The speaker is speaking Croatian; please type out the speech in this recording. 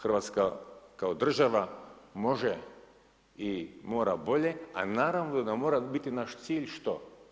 Hrvatska kao država može i mora bolje, a naravno da mora biti naš cilj što?